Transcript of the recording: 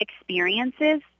experiences